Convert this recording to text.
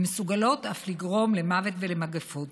ואף מסוגלות לגרום למוות ולמגפות,